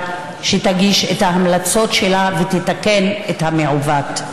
שתגיש את ההמלצות שלה ותתקן את המעוות.